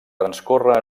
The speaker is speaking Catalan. transcorre